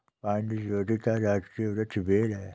पुडुचेरी का राजकीय वृक्ष बेल है